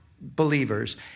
Believers